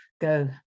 go